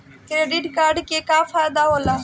Credit card के का फायदा होला?